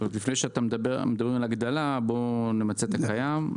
עוד לפני שמדברים על הגדלה, בוא נמצה את הקיים.